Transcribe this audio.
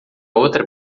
outra